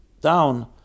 down